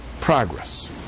progress